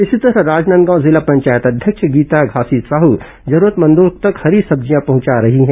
इसी तरह राजनादगांव जिला पंचायत अध्यक्ष गीता घासी साह जरूरतमंदों तक हरी सब्जिया पहंचा रही हैं